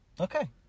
Okay